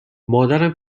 مادرم